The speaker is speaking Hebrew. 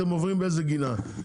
אתם עוברים באיזו גינה,